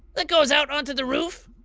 that goes out on to the roof.